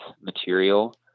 material